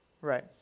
Right